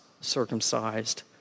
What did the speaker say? circumcised